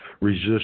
resist